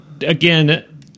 again